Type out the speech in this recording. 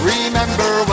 Remember